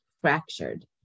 fractured